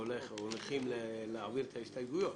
אתם ביטלתם את מגילת העצמאות בחוק